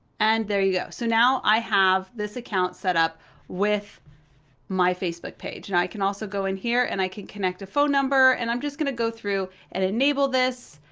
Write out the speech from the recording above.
and there you go. so now i have this account set up with my facebook page. and i can also go in here, and i can connect a phone number, and i'm just gonna go through and enable this.